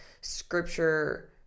scripture